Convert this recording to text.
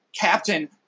captain